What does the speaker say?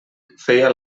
feia